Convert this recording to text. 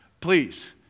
Please